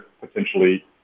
potentially